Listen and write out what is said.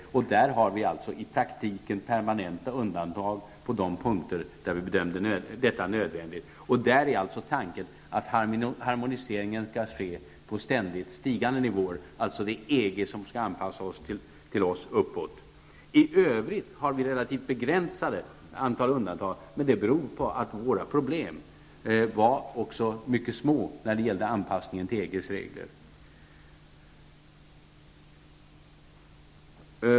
Där har vi i praktiken permanenta undantag på de punkter där vi bedömde detta nödvändigt. Där är alltså tanken att harmoniseringen skall ske på ständigt stigande nivåer, alltså är det EG som skall anpassa sig till oss uppåt. I övrigt har vi relativt begränsat antal undantag, men det beror på att våra problem också var mycket små när det gäller anpassningen till EGs regler.